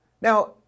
Now